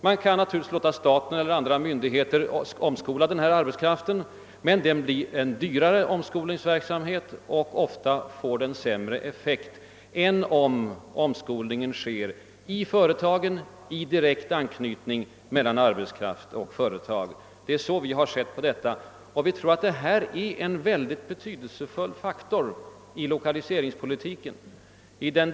Man kan naturligtvis låta staten eller myndigheterna omskola arbetskraften, men det blir dyrare och ger ofta sämre ef fekt än om omskolningen sker i företagen. Vi tror att detta är en mycket betydelsefull faktor i lokaliseringspolitiken.